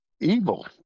evil